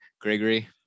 Gregory